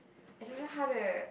I don't know how to